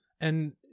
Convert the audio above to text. And-